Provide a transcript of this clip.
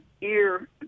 ear